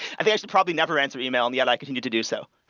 i think i should probably never answer email and yet i continue to do so.